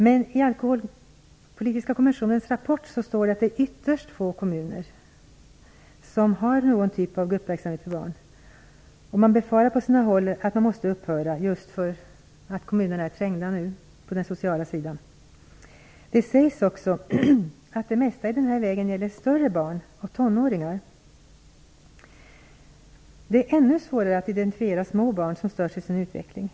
Men i Alkoholpolitiska kommissionens rapport står det att det är ytterst få kommuner som har någon typ av gruppverksamhet för barn. Där den finns befarar man nu på sina håll att den måste upphöra just därför att kommunerna är trängda på den sociala sidan. Det sägs också att det mesta av den här verksamheten gäller större barn och tonåringar. Det är ännu svårare att identifiera små barn som störs i sin utveckling.